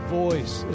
voice